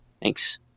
Thanks